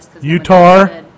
Utah